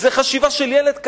זו חשיבה של ילד קטן.